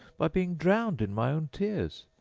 by being drowned in my own tears!